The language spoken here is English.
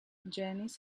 janis